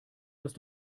dass